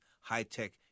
high-tech